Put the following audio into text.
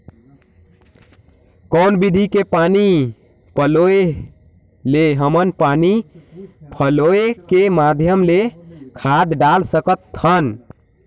कौन विधि के पानी पलोय ले हमन पानी पलोय के माध्यम ले खाद डाल सकत हन?